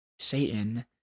Satan